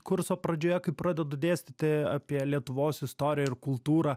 kurso pradžioje kai pradedu dėstyti apie lietuvos istoriją ir kultūrą